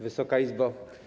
Wysoka Izbo!